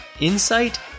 insight